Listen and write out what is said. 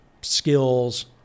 skills